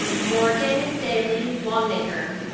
morgan daly longnicker.